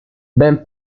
ben